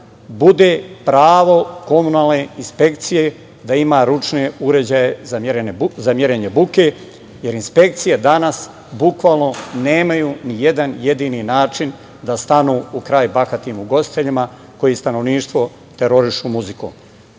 bude pravo komunalne inspekcije da ima ručne uređaje za merenje buke, jer inspekcije danas bukvalno nemaju nijedan jedini način da stanu u kraj bahatim ugostiteljima koji stanovništvo terorišu muzikom,